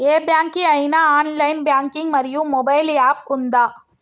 ఏ bank కి ఐనా online banking మరియు మొబైల్ యాప్ ఉందా?